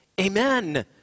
Amen